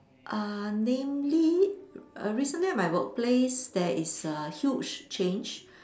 uh namely uh recently at my work place there is a huge change